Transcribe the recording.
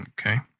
Okay